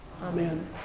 amen